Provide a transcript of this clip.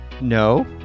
No